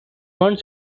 one